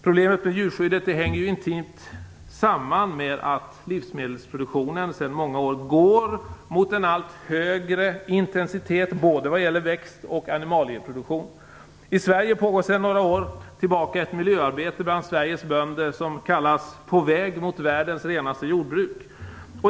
Problemet med djurskyddet hänger intimt samman med att livsmedelsproduktionen sedan många år går mot en allt högre intensitet vad gäller både växt och animalieproduktion. I Sverige pågår sedan några år ett miljöarbete bland Sveriges bönder som kallas "på väg mot världens renaste jordbruk".